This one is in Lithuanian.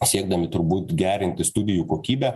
siekdami turbūt gerinti studijų kokybę